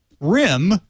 rim